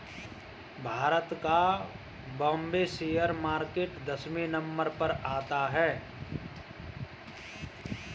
भारत का Bombay share market दसवें number पर आता है